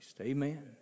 Amen